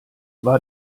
war